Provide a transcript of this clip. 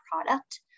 product